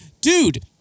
dude